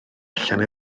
allan